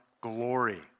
glory